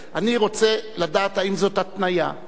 אני רוצה לדעת אם זאת התניה, זה הכול.